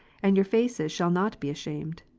and your faces shall not be ashamed.